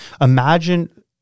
Imagine